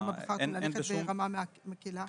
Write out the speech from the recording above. למה בחרתם ללכת ברמה מקילה?